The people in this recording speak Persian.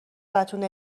بتونه